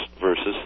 versus